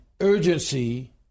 urgency